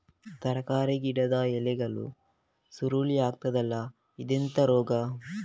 ತರಕಾರಿ ಗಿಡದ ಎಲೆಗಳು ಸುರುಳಿ ಆಗ್ತದಲ್ಲ, ಇದೆಂತ ರೋಗ?